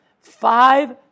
five